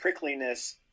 prickliness